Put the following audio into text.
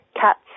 Cats